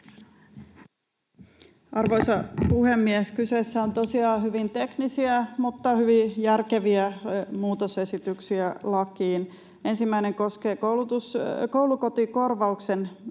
Arvoisa puhemies! Kyseessä on tosiaan hyvin teknisiä mutta hyvin järkeviä muutosesityksiä lakiin. Ensimmäinen koskee koulukotikorvauksen